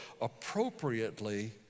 appropriately